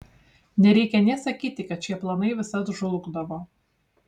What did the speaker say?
nereikia nė sakyti kad šie planai visad žlugdavo